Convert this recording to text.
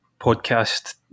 podcast